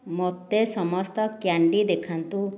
ମୋତେ ସମସ୍ତ କ୍ୟାଣ୍ଡି ଦେଖାନ୍ତୁ